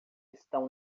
estão